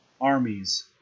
armies